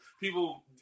People